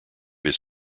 his